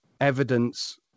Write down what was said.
evidence